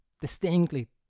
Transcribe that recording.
distinctly